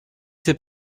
s’est